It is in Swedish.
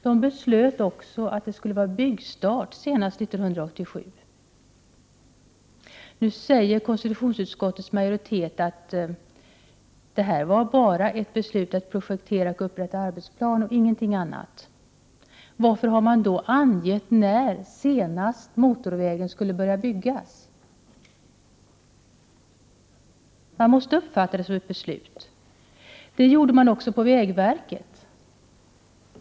Man beslöt också om byggstart senast 1987. Nu säger KU:s majoritet att det bara var fråga om just ett beslut att projektera och upprätta arbetsplan. Men varför har man då angett när motorvägen senast skall börja byggas? Det måste uppfattas som att ett beslut om att bygga den har fattats. Detta är också vägverkets uppfattning.